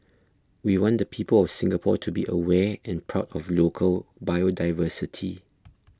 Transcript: we want the people of Singapore to be aware and proud of local biodiversity